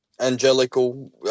Angelical